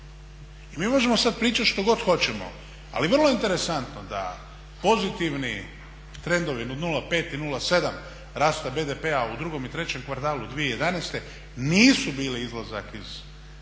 I mi možemo sad pričat što god hoćemo, ali vrlo je interesantno da pozitivni trendovi od 0,5 i 0,7 rasta BDP-a u drugom i trećem kvartalu 2011. nisu bili izlazak iz